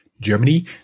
Germany